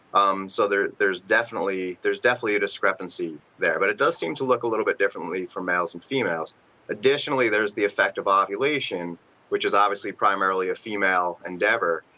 um so, there's definitely there's definitely discrepancy there but it does seem to look a little bit differently for males and females additionally, there is the effect of um ovulation which is obviously primarily a female endeavor.